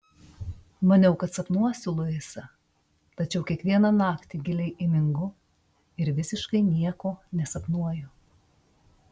maniau kad sapnuosiu luisą tačiau kiekvieną naktį giliai įmingu ir visiškai nieko nesapnuoju